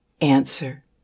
answer